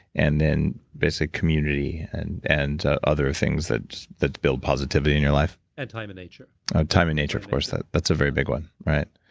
and then basically community and and ah other things that that build positivity in your life and time in nature and time in nature, of course. that's a very big one, right?